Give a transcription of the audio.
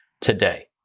today